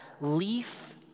leaf